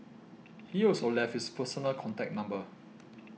he also left his personal contact number